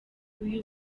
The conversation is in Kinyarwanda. uyu